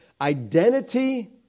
Identity